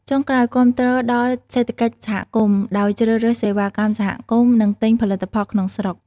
ចុងក្រោយ គាំទ្រដល់សេដ្ឋកិច្ចសហគមន៍ ដោយជ្រើសរើសសេវាកម្មសហគមន៍ និងទិញផលិតផលក្នុងស្រុក។